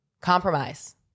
Compromise